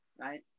right